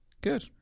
Good